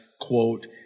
quote